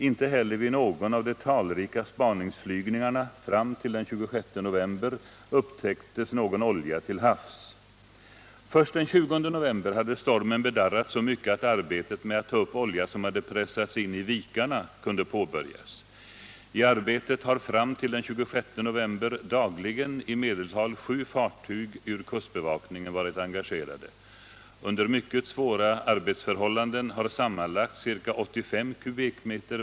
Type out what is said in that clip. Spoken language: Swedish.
Inte heller vid någon av de talrika spaningsflygningarna — fram till den 26 november — upptäcktes någon olja till havs. Först den 20 november hade stormen bedarrat så mycket att arbetet med att ta upp olja som hade pressats in i vikarna kunde påbörjas. I arbetet har fram till den 26 november dagligen i medeltal sju fartyg ur kustbevakningen varit engagerade. Under mycket svåra arbetsförhållanden har sammanlagt ca 85 m?